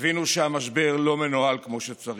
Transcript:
הבינו שהמשבר לא מנוהל כמו שצריך,